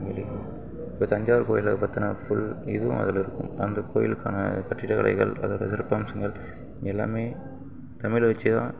இப்போ தஞ்சாவூர் கோயிலை பற்றின ஃபுல் இதுவும் அதில் இருக்கும் அந்தக்கோயிலுக்கான கட்டிடக்கலைகள் அதோடய சிறப்பம்சங்கள் எல்லாமே தமிழை வச்சுதான்